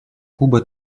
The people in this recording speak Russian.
куба